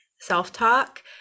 self-talk